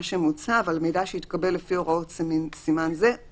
שמוצע: המידע שהתקבל לפי הוראות סימן זה,